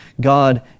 God